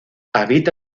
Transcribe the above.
habita